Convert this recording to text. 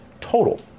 total